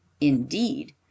Indeed